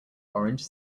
orange